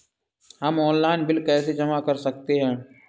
हम online bill कैसे जमा कर सकते हैं?